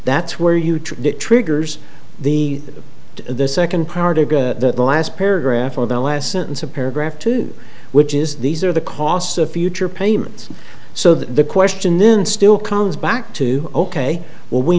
that's where you took that triggers the the second part of the last paragraph or the last sentence of paragraph to which is these are the costs of future payments so the question then still comes back to ok well we